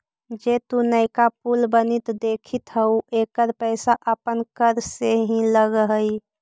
जे तु नयका पुल बनित देखित हहूँ एकर पईसा अपन कर से ही लग हई